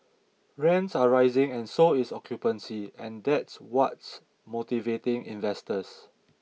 rents are rising and so is occupancy and that's what's motivating investors